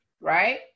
right